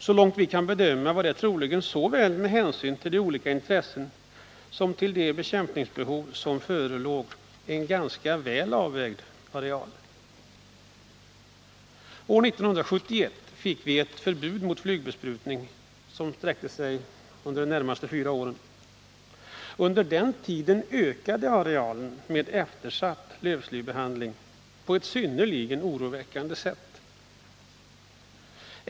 Så långt vi kan bedöma var det troligen med hänsyn till såväl de olika intressen som de bekämpningsbehov som förelåg en ganska väl avvägd areal. År 1971 fick vi ett förbud mot flygbesprutning vilket varade under fyra år. Under den tiden ökade arealen med eftersatt lövslybehandling på ett synnerligen oroväckande sätt.